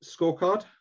scorecard